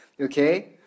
okay